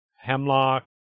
Hemlock